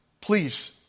Please